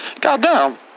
Goddamn